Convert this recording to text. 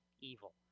evil